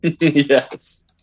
Yes